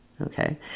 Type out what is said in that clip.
Okay